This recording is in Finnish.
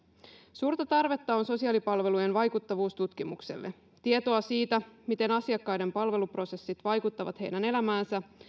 suurta tarvetta on sosiaalipalvelujen vaikuttavuustutkimukselle tietoa siitä miten asiakkaiden palveluprosessit vaikuttavat heidän elämäänsä